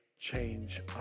change